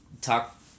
talk